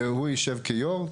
והוא יישב כיו"ר.